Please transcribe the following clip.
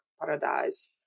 paradise